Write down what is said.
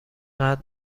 قدر